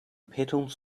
petals